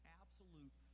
absolute